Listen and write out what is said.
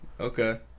Okay